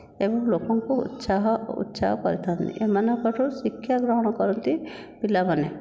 ଏବଂ ଲୋକଙ୍କୁ ଉତ୍ସାହ ଉତ୍ସାହ କରିଥାନ୍ତି ଏମାନଙ୍କଠୁ ଶିକ୍ଷା ଗ୍ରହଣ କରନ୍ତି ପିଲାମାନେ